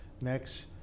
Next